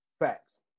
Facts